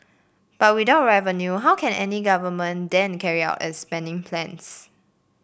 but without revenue how can any government then carry out its spending plans